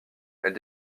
elle